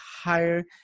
higher